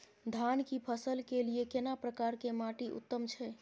धान की फसल के लिये केना प्रकार के माटी उत्तम छै?